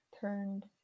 turned